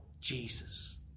Jesus